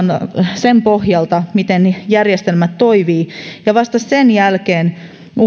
sen pohjalta miten järjestelmät toimivat vasta sen jälkeen